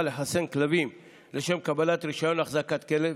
לחסן כלבים לשם קבלת רישיון להחזקת כלב,